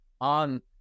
on